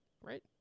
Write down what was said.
Right